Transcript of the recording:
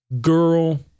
Girl